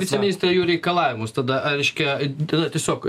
viceministre jų reikalavimus tada reiškia tada tiesiog